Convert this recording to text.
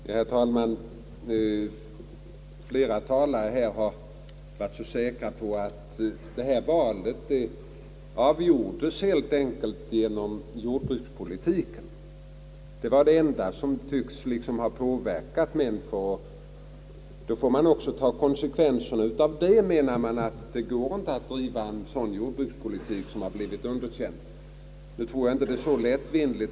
Herr talman! Flera talare har varit säkra på att detta val avgjordes helt enkelt av jordbrukspolitiken. Det tycks vara det enda som har påverkat människor i valet. Då får man också ta konsekvenserna av detta, menar man. Det går inte att driva en jordbrukspolitik som har blivit underkänd. Jag tror inte man får ta så lättvindigt på denna fråga.